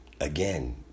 again